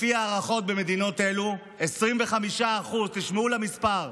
לפי ההערכות במדינות אלה, 25% תשמעו את המספר,